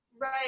right